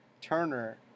Turner